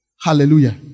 Hallelujah